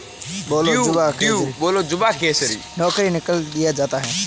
millennials ने देखा है कि उनके माता पिता को उनकी नौकरी से निकाल दिया जाता है